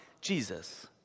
Jesus